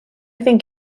think